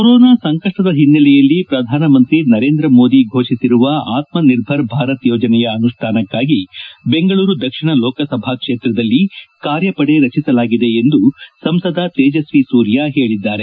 corona ಸಂಕಷ್ಷದ ಹಿನ್ನೆಲೆಯಲ್ಲಿ ಪ್ರಧಾನಮಂತ್ರಿ ನರೇಂದ್ರ ಮೋದಿ ಘೋಷಿಸಿರುವ ಆತ್ಮ ನಿರ್ಭರ್ ಭಾರತ್ ಯೋಜನೆಯ ಅನುಷ್ಠಾನಕ್ಕಾಗಿ ಬೆಂಗಳೂರು ದಕ್ಷಿಣ ಲೋಕಸಭಾ ಕ್ಷೇತ್ರದಲ್ಲಿ ಕಾರ್ಕಪಡೆ ರಚಿಸಲಾಗಿದೆ ಎಂದು ಸಂಸದ ತೇಜಸ್ವಿ ಸೂರ್ಯ ಹೇಳದ್ದಾರೆ